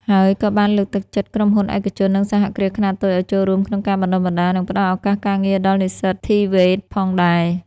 ហើយក៏បានលើកទឹកចិត្តក្រុមហ៊ុនឯកជន និងសហគ្រាសខ្នាតតូចឱ្យចូលរួមក្នុងការបណ្តុះបណ្តាល និងផ្តល់ឱកាសការងារដល់និស្សិត ធ្វេត TVET ផងដែរ។